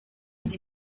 sie